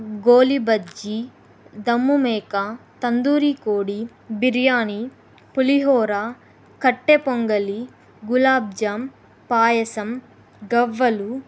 గోలీ బజ్జీ దమ్ముమేక తందూరి కోడి బిర్యానీ పులిహోర కట్టె పొంగలి గులాబ్జామ్ పాయసం గవ్వలు